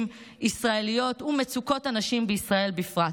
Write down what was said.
ישראליות ומצוקות הנשים בישראל בפרט.